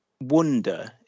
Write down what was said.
wonder